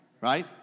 Right